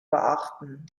beachten